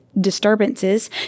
Disturbances